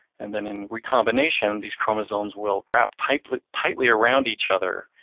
and then in recombination, these chromosomes will wrap tightly tightly around each other,